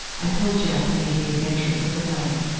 i told jack penny the adventures of the night,